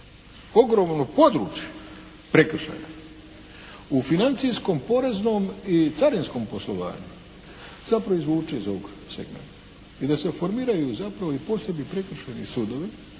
ogromno područje prekršaja u financijskom, poreznom i carinskom poslovanju zapravo izvuče iz ovog segmenta i da se formiraju zapravo i posebni prekršajni sudovi,